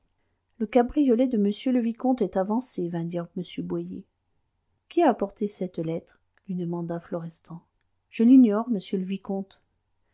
le cabriolet de monsieur le vicomte est avancé vint dire m boyer qui a apporté cette lettre lui demanda florestan je l'ignore monsieur le vicomte